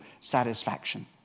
satisfaction